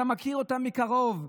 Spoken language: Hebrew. אתה מכיר אותם מקרוב,